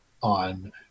on